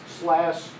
slash